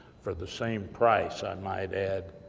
for the same price, i might add.